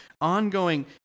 ongoing